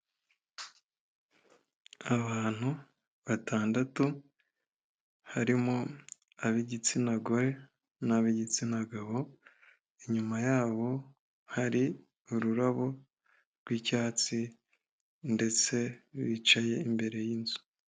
Abantu batandatu harimo ab'igitsina gore n'ab'igitsina gabo, inyuma yabo hari ururabo rw'icyatsi ndetse bicaye imbere y'inzu.